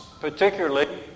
Particularly